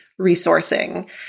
resourcing